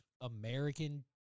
American